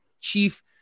chief